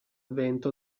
vento